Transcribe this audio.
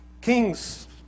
Kings